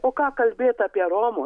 o ką kalbėt apie romu